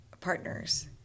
partners